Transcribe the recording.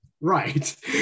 right